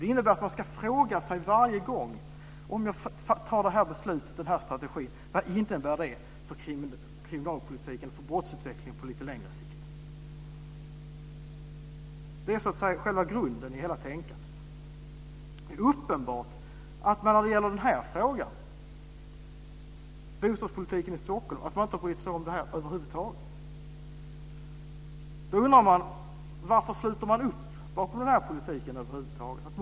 Det innebär att varje gång man fattar beslut ska man fråga sig vad det innebär för kriminalpolitiken och brottsutvecklingen på längre sikt. Det är själva grunden i hela tänkandet. Det är uppenbart att när det gäller bostadspolitiken i Stockholm bryr man sig över huvud taget inte om detta. Varför sluter man då upp bakom den politiken?